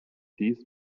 dies